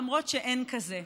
למרות שאין כזה.